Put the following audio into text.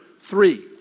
three